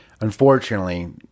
unfortunately